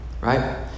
Right